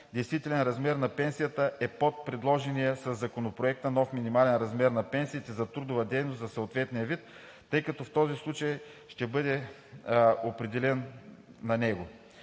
действителен размер на пенсията е под предложения със Законопроекта нов минимален размер на пенсиите за трудова дейност за съответния вид, тъй като в този случай ще бъде определен на него.